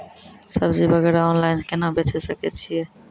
सब्जी वगैरह ऑनलाइन केना बेचे सकय छियै?